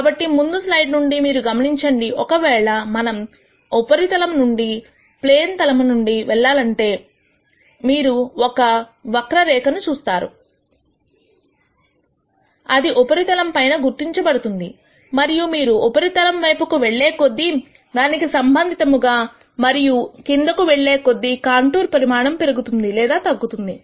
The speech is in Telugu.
కాబట్టి ముందు సైడ్ నుండి మీరు గమనించండి ఒకవేళ మనం ఉపరితలం నుండి ప్లేన్ తలము నుండి వెళ్లాలంటే మీరు ఒక వక్ర రేఖ ను చూస్తారు అది ఉపరితలం పైన గుర్తించబడుతుంది మరియు మీరు ఉపరితలం వైపుకి వెళ్లే కొద్దీ దానికి సంబంధితముగా మరియు కిందకు వెళ్లే కొద్దీ కాంటూర్ పరిమాణం పెరుగుతుంది లేదా తగ్గుతుంది